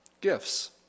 gifts